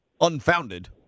unfounded